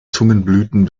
zungenblüten